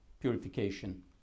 purification